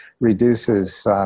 reduces